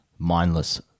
Mindless